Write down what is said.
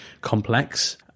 complex